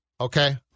okay